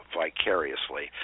vicariously